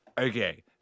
Okay